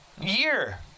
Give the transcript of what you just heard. year